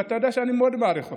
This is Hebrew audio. ואתה יודע שאני מאוד מעריך אותך.